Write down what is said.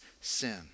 sin